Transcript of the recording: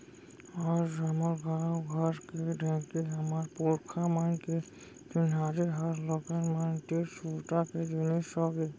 आज हमर गॉंव घर के ढेंकी हमर पुरखा मन के चिन्हारी हर लोगन मन तीर सुरता के जिनिस होगे